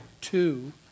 two